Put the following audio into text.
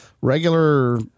regular